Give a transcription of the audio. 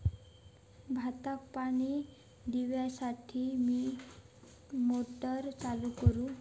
भाताक पाणी दिवच्यासाठी मी मोटर चालू करू?